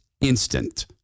instant